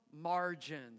margins